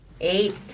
eight